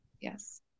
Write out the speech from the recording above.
Yes